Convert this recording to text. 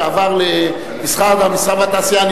וכשזה עבר למשרד המסחר והתעשייה,